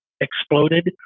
exploded